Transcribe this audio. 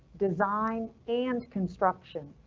design and construction.